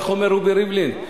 איך אומר רובי ריבלין?